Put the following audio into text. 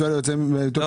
לא.